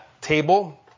table